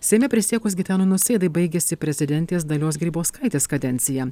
seime prisiekus gitanui nausėdai baigiasi prezidentės dalios grybauskaitės kadencija